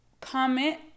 comment